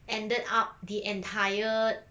ended up the entire